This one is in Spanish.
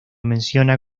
menciona